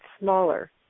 smaller